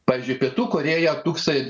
pavyzdžiui pietų korėja tūksai